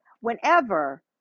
whenever